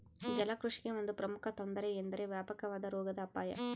ಜಲಕೃಷಿಗೆ ಒಂದು ಪ್ರಮುಖ ತೊಂದರೆ ಎಂದರೆ ವ್ಯಾಪಕವಾದ ರೋಗದ ಅಪಾಯ